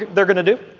they're going to do.